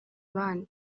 abandi